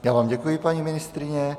Já vám děkuji, paní ministryně.